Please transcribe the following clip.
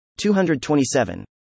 227